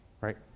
right